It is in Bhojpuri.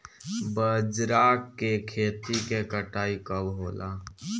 बजरा के खेती के कटाई कब होला?